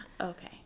Okay